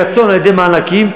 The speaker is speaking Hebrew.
מרצון, על-ידי מענקים.